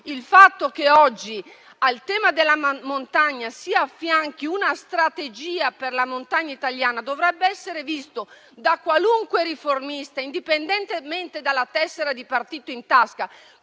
il fatto che oggi al tema della montagna si affianchi una strategia per la montagna italiana dovrebbe essere visto da qualunque riformista, indipendentemente dalla tessera di partito che